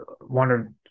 wonder